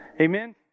Amen